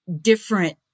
different